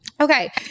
Okay